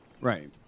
right